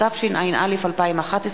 התשע”א 2011,